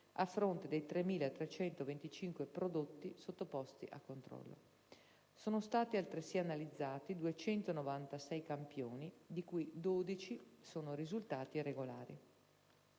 a fronte dei 3.325 prodotti sottoposti a controllo. Sono stati altresì analizzati 296 campioni, di cui 12 sono risultati irregolari.